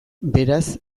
beraz